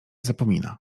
zapomina